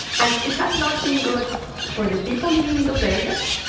and it has not been good for the people living in those areas.